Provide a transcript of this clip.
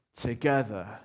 together